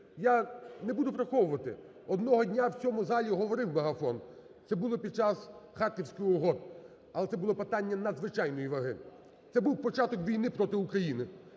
Я не буду приховувати, одного дня в цьому залі говорив в мегафон, це було під час Харківських угод, але це питання надзвичайної ваги, це був початок війни проти України.